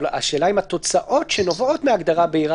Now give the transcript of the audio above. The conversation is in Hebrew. אבל השאלה אם התוצאות שנובעות מההגדרה הבהירה